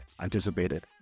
anticipated